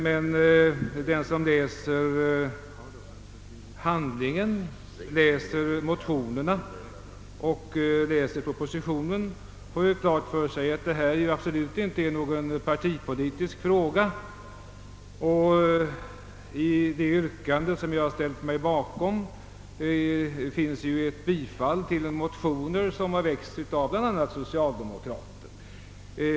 Men den som läser motionerna och propositionen finner att detta absolut inte är någon partipolitisk fråga, och i det yrkande som jag ställt mig bakom tillstyrks ju motioner som väckts av bl.a. socialdemokrater.